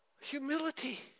humility